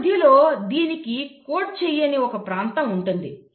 ఈ మధ్యలో దీనికి కోడ్ చెయ్యని ఒక ప్రాంతం ఉంటుంది